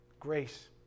grace